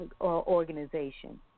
organization